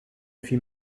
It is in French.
film